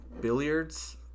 Billiards